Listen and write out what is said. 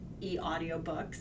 e-audiobooks